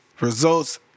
results